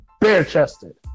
bare-chested